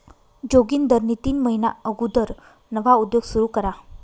जोगिंदरनी तीन महिना अगुदर नवा उद्योग सुरू करा